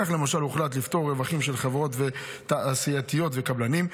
כך למשל הוחלט לפטור רווחים של חברות תעשייתיות וקבלנים,